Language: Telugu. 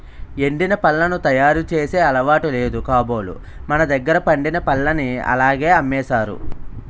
ఎండిన పళ్లను తయారు చేసే అలవాటు లేదు కాబోలు మనదగ్గర పండిన పల్లని అలాగే అమ్మేసారు